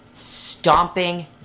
stomping